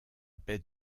baie